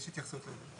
יש התייחסות לזה.